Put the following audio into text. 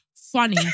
funny